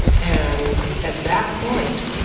and at that point,